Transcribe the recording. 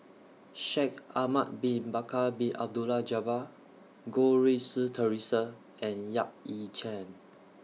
Shaikh Ahmad Bin Bakar Bin Abdullah Jabbar Goh Rui Si Theresa and Yap Ee Chian